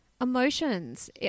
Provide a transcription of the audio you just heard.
emotions